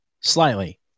slightly